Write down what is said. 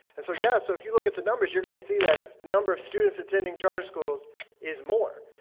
and so, yeah, so if you look at the numbers, you're going to see that the number of students attending charter schools is more.